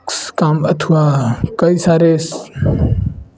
काम अथवा कई सारे